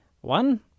One